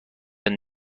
ندای